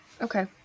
Okay